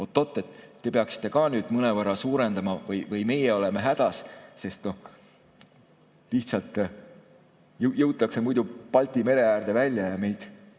oot-oot, te peaksite ka nüüd mõnevõrra suurendama või meie oleme hädas, sest lihtsalt jõutakse muidu Balti mere äärde välja ja meid